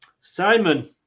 Simon